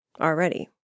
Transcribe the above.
already